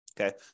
Okay